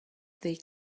they